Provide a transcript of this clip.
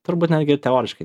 turbūt netgi ir teoriškai